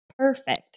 perfect